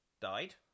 died